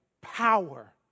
power